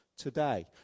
today